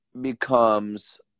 becomes